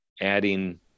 adding